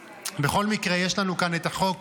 בכל מקרה, יש לנו כאן את החוק,